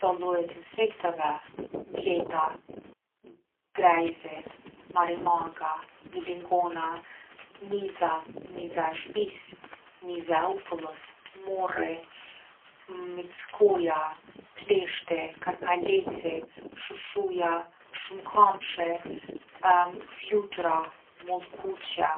Do lloje t’insekteve, bleta, grejzi, marimanga, milingona, miza, miza e shpisë, miza e ufullës, morri, mickoja, pleshti, karkaleci, shushuja, shumkambshi flutura, mollkuqja.